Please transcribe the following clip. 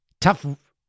Tough